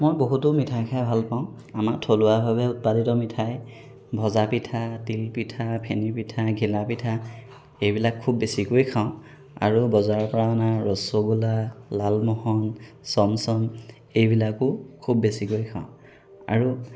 মই বহুতো মিঠাই খাই ভাল পাওঁ আমাৰ থলুৱাভাৱে উৎপাদিত মিঠাই ভজাপিঠা তিলপিঠা ফেনীপিঠা ঘিলাপিঠা এইবিলাক খুব বেছিকৈ খাওঁ আৰু বজাৰৰপৰা অনা ৰসগোল্লা লালমোহন চমচম এইবিলাকো খুব বেছিকৈ খাওঁ আৰু